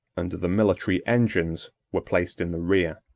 and the military engines were placed in the rear.